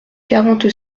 quarante